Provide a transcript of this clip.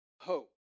hope